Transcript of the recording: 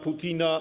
Putina.